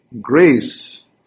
Grace